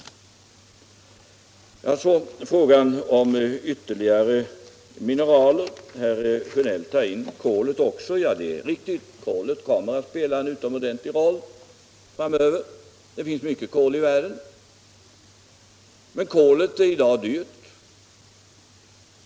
Låt mig sedan ta upp frågan om ytterligare mineraler. Herr Sjönell inbegriper där också kolet. Det är riktigt. Kol kommer att spela en utomordentligt viktig roll framöver. Och det finns mycket kol i världen. Men kol är i dag dyrt.